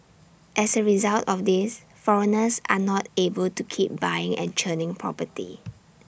as A result of this foreigners are not able to keep buying and churning property